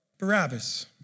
Barabbas